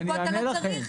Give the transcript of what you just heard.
ופה אתה לא צריך,